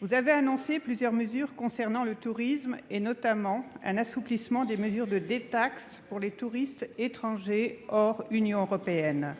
vous avez annoncé plusieurs mesures concernant le tourisme, et notamment un assouplissement des mesures de détaxe pour les touristes étrangers hors Union européenne.